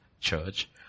church